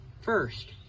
First